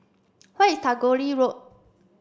where is Tagore Road